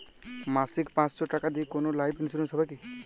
মাসিক পাঁচশো টাকা দিয়ে কোনো লাইফ ইন্সুরেন্স হবে কি?